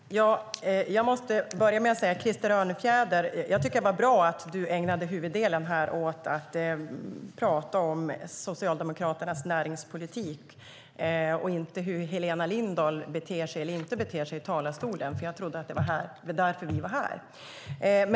Herr talman! Jag måste börja med att säga att jag tycker att det var bra att Krister Örnfjäder ägnade huvuddelen av sin replik åt att prata om Socialdemokraternas näringspolitik och inte åt hur Helena Lindahl beter sig eller inte beter sig i talarstolen, och jag trodde att det var därför vi var här.